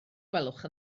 gwelwch